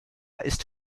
ist